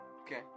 Okay